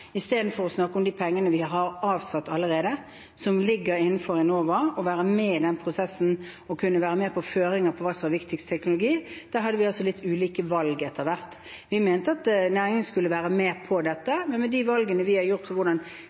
snakke om de pengene vi allerede har avsatt, og som ligger innenfor Enova, og være med i den prosessen og være med på å legge føringer for hva som er den viktigste teknologien – hadde vi etter hvert litt ulike valg. Vi mente at næringen skulle være med på dette, men med de valgene vi har gjort